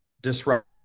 disrupt